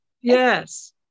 Yes